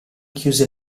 chiuse